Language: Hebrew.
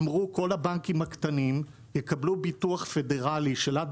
אמרו שכל הבנקים הקטנים יקבלו ביטוח פדרלי של עד